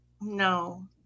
No